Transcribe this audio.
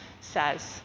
says